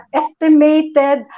estimated